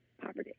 poverty